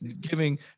giving